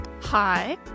Hi